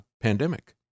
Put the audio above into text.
pandemic